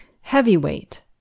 Heavyweight